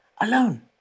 alone